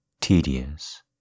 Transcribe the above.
tedious